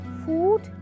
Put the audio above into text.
food